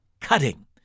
cutting